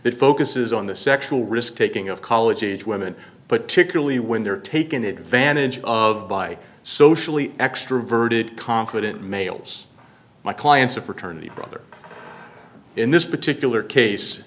that focuses on the sexual risk taking of college aged women but typically when they're taken advantage of by socially extroverted confident males my clients a fraternity brother in this particular case